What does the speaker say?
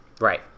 Right